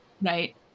right